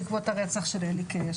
בעקבות הרצח של אלי קיי,